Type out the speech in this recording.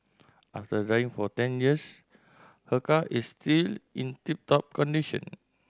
after driving for ten years her car is still in tip top condition